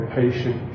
patient